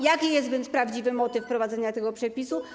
Jaki jest więc prawdziwy motyw wprowadzenia tego przepisu?